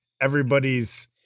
everybody's